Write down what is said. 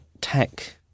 tech